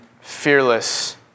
fearless